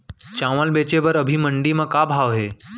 चांवल बेचे बर अभी मंडी म का भाव हे?